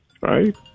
right